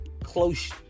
close